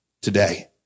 today